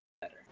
better